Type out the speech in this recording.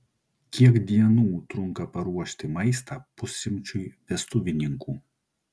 kiek dienų trunka paruošti maistą pusšimčiui vestuvininkų